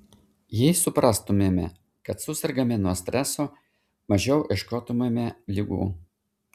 jei suprastumėme kad susergame nuo streso mažiau ieškotumėme ligų